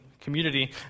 community